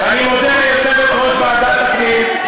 אני מודה ליושבת-ראש ועדת הפנים,